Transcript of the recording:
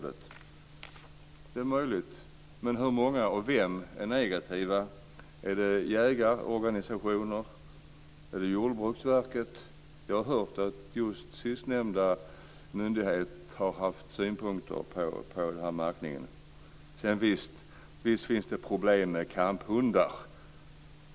Ja, det är möjligt. Men hur många och vilka är negativa? Gäller det jägarorganisationer eller gäller det Jordbruksverket? Jag har hört att sistnämnda myndighet haft synpunkter på den här märkningen. Visst finns det problem med kamphundar.